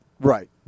right